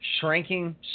shrinking